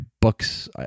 books